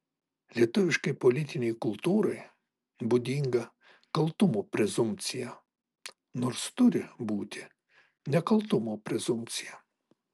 lietuviškai politinei kultūrai būdinga kaltumo prezumpcija nors turi būti nekaltumo prezumpcija